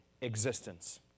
existence